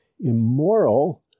immoral